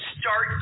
start